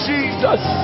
Jesus